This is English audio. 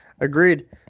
Agreed